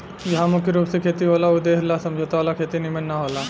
जहा मुख्य रूप से खेती होला ऊ देश ला समझौता वाला खेती निमन न होला